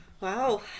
Wow